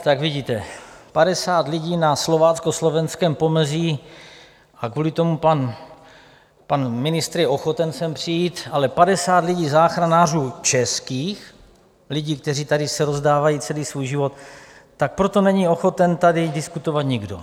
Tak vidíte padesát lidí na slováckoslovenském pomezí a kvůli tomu pan ministr je ochoten sem přijít, ale padesát lidí záchranářů českých lidí, kteří tady se rozdávají celý svůj život, pro to není ochoten tady diskutovat nikdo.